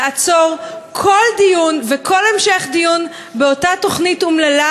לעצור כל דיון וכל המשך דיון באותה תוכנית אומללה